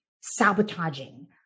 sabotaging